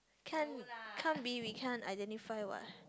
can can't be we can't identify what